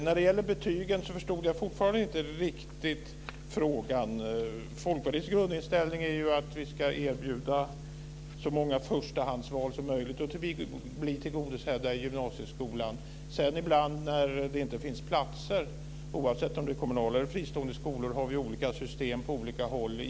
När det gäller betygen förstår jag fortfarande inte riktigt frågan. Folkpartiets grundinställning är ju att så många förstahandsval som möjligt ska bli tillgodosedda i gymnasieskolan. När det inte finns tillräckligt antal platser, oavsett om det är kommunala eller fristående skolor, finns det olika system på olika håll.